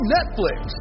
Netflix